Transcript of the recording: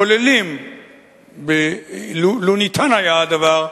הכוללים, לו ניתן היה הדבר,